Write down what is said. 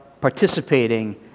participating